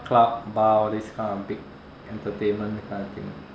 club bar all these kind of big entertainment kind of thing